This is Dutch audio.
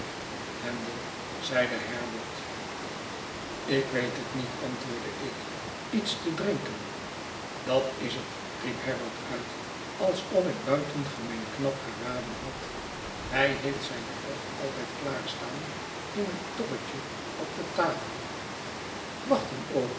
handel zeide herbert ik weet het niet antwoordde ik lets te drinken dat is het i riep herbert uit alsof ik buitengemeen knap geraden had hij heeft zijn grog alt yd klaarstaan in een tobbetje op de tafel wacht een